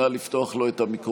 נא לפתוח לו את המיקרופון.